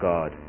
God